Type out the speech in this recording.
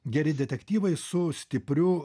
geri detektyvai su stipriu